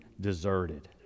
deserted